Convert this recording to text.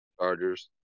Chargers